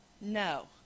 no